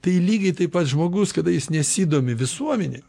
tai lygiai taip pat žmogus kada jis nesidomi visuomene